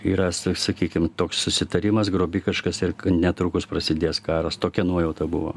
yra sa sakykim toks susitarimas grobikiškas ir netrukus prasidės karas tokia nuojauta buvo